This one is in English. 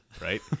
Right